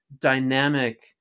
dynamic